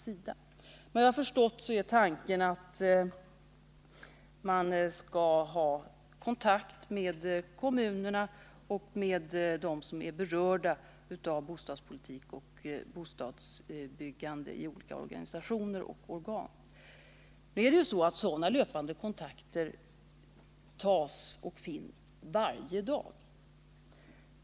Såvitt jag förstått är tanken den att man skall ha kontakt med kommunerna och med dem som är berörda av bostadspolitik och bostadsbyggande i olika organisationer och organ. Nu tas och finns sådana löpande kontakter varje dag.